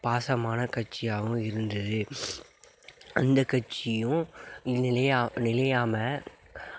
பாசமான காட்சியாகவும் இருந்தது அந்த கட்சியும் நிலையாக நிலையாமல்